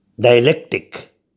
dialectic